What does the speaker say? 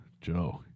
Joe